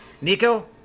Nico